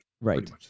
right